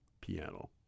piano